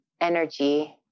energy